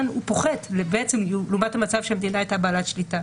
הוא פוחת לעומת המצב שהמדינה הייתה בעלת שליטה.